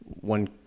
one